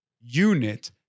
unit